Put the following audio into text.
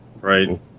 Right